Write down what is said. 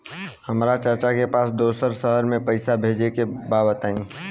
हमरा चाचा के पास दोसरा शहर में पईसा भेजे के बा बताई?